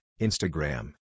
Instagram